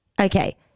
Okay